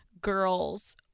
girls